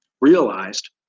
realized